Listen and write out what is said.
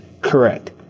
Correct